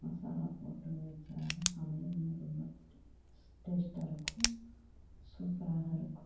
மசாலா போட்டு வச்சா சமையல் இன்னும் ரொம்ப டேஸ்ட் டேஸ்ட்டாக இருக்கும் சூப்பராக இருக்கும்